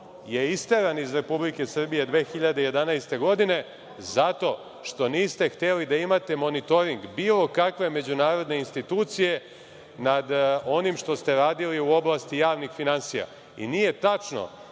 je isteran iz Republike Srbije 2011. godine zato što niste hteli da imate monitoring bilo kakve međunarodne institucije nad onim što ste radili u oblasti javnih finansija. i nije tačno